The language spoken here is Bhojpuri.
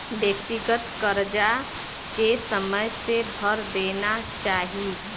व्यक्तिगत करजा के समय से भर देना चाही